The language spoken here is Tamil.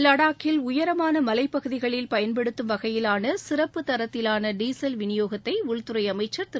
லடாக்கில் உயரமான மலைப் பகுதிகளில் பயன்படுத்தும் வகையிலான சிறப்புத் தரத்திலான டீசல் விநியோகத்தை உள்துறை அமச்சா் திரு